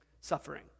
suffering